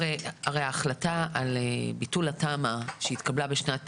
הרי החלטה על ביטול התמ"א שהתקבלה בשנת